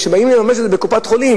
וכשבאים לממש את זה בקופת-חולים,